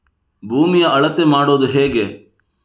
ಭೂಮಿಯ ಅಳತೆ ಮಾಡುವುದು ಹೇಗೆ?